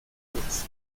alas